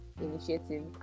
initiative